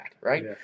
right